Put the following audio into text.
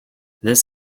this